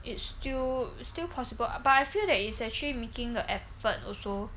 it's still still possible but I feel that it's actually making the effort also